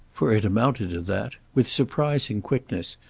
for it amounted to that with surprising quickness,